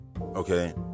okay